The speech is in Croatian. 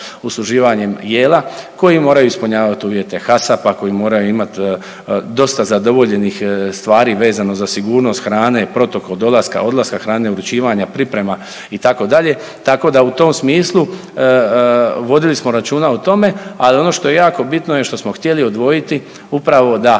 usluživanjem jela, koji moraju ispunjavati uvjete HACCP-a, koji moraju imati dosta zadovoljenih stvari vezano za sigurnost hrane, protokol dolaska, odlaska hrane, uručivanje, priprema itd., tako da u tom smislu vodili smo računa o tome. Al ono što je jako bitno je što smo htjeli odvojiti upravo da